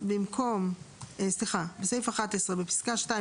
התשמ"א-1981,"; (2)בסעיף 11 בפסקה (2),